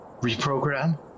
Reprogram